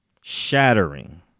Shattering